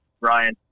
Ryan